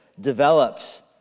develops